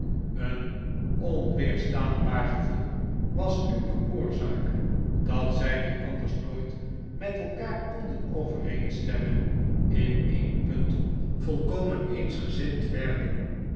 een onweerstaanbaar gevoel was nu de oorzaak dat zij die anders nooit met elkaar konden overeenstemmen in een punt volkomen eensgezind werden